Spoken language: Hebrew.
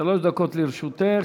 דקות לרשותך.